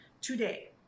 today